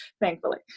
thankfully